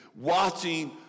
watching